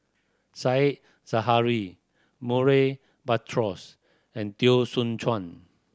Said Zahari Murray Buttrose and Teo Soon Chuan